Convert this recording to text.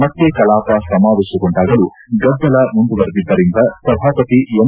ಮತ್ತೆ ಕಲಾಪ ಸಮವೇಶಗೊಂಡಾಗಲೂ ಗದ್ದಲ ಮುಂದುವರೆದಿದ್ದರಿಂದ ಸಭಾಪತಿ ಎಂ